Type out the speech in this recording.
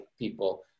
people